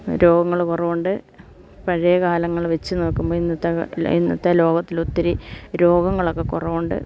രോഗങ്ങള് കുറവുണ്ട് പഴയ കാലങ്ങള് വെച്ച് നോക്കുമ്പോൾ ഇന്നത്തെ ഇന്നത്തെ ലോകത്തിലൊത്തിരി രോഗങ്ങളൊക്കെ കുറവുണ്ട്